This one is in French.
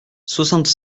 soixante